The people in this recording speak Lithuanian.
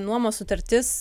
nuomos sutartis